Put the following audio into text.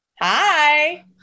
hi